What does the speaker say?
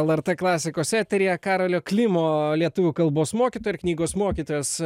lrt klasikos eteryje karolio klimo lietuvių kalbos mokytojo ir knygos mokytojas